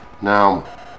Now